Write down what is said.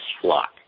flock